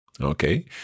Okay